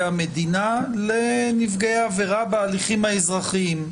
המדינה לנפגעי עבירה בהליכים האזרחיים.